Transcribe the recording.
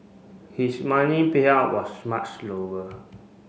his money payout was much lower